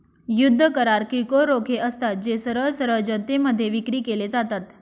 युद्ध करार किरकोळ रोखे असतात, जे सरळ सरळ जनतेमध्ये विक्री केले जातात